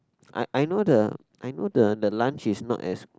I I know the I know the the lunch is not as